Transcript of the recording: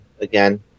again